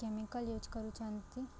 chemical use କରୁଛନ୍ତି